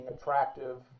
attractive